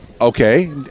Okay